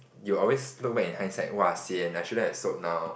you'll always look back in hindsight !wah! sian I shouldn't have sold now